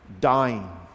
dying